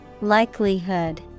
Likelihood